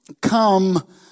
come